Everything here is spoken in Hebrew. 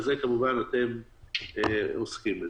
אתם כמובן עוסקים בזה.